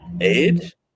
Edge